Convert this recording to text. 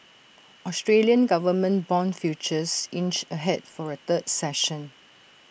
Australian government Bond futures inched ahead for A third session